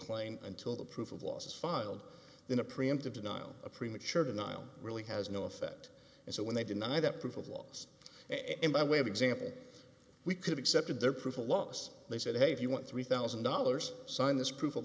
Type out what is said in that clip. claim until the proof of lawsuits filed in a preemptive denial a premature denial really has no effect and so when they deny that proof of loss and by way of example we could accepted their personal loss they said hey if you want three thousand dollars sign this proof of